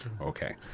Okay